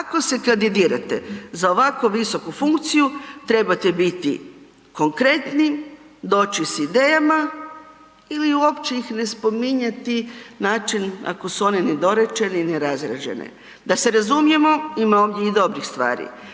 Ako se kandidirate za ovako visoku funkciju trebate biti konkretni, doći s idejama ili uopće ih ne spominjati način ako su one nedorečene i nerazrađene. Da se razumijemo ima ovdje i dobrih stvari.